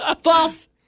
False